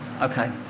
Okay